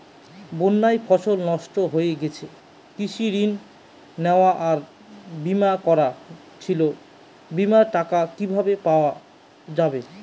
বন্যায় ফসল নষ্ট হয়ে গেছে কৃষি ঋণ নেওয়া আর বিমা করা ছিল বিমার টাকা কিভাবে পাওয়া যাবে?